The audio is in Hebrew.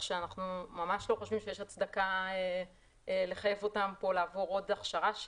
אנחנו ממש לא חושבים שיש הצדקה לחייב אותם לעבור עוד הכשרה.